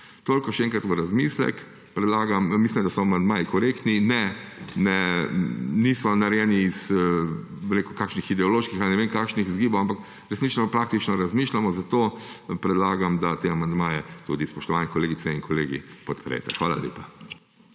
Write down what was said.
Toliko še enkrat v razmislek. Mislim, da so amandmaji korektni. Niso narejeni iz kakšnih ideoloških ali ne vem kakšnih vzgibov, ampak resnično praktično razmišljamo. Zato predlagam, da te amandmaje, spoštovani kolegice in kolegi, podprete. Hvala lepa.